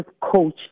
coach